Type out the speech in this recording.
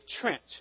trench